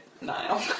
Niall